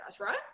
right